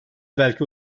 belki